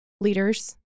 leaders